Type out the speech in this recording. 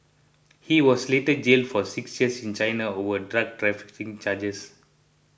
he was later jailed for six years in China over drug trafficking charges